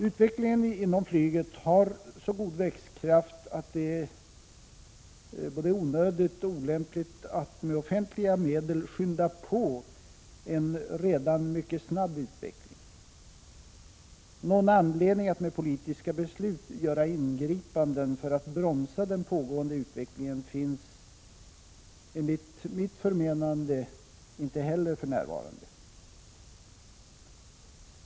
Utvecklingen inom flyget har så god växtkraft att det är både onödigt och olämpligt att med offentliga medel skynda på en redan mycket snabb utveckling. Någon anledning att med politiska beslut göra ingripanden för att bromsa den pågående utvecklingen finns enligt mitt förmenande inte heller för närvarande.